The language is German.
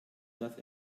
dass